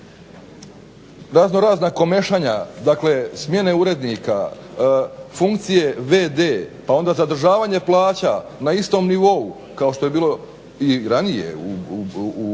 razno razna komešanja, dakle smjene urednika, funkcije v.d. pa onda zadržavanje plaća na istom nivou kao što je bilo i ranije u